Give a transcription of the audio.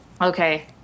Okay